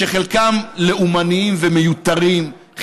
שחלקם לאומניים ומיותרים,